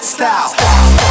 Style